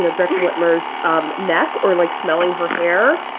know, but reformer's um neck or like smelling her hair,